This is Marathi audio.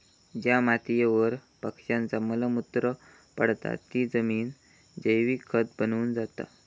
ज्या मातीयेवर पक्ष्यांचा मल मूत्र पडता ती जमिन जैविक खत बनून जाता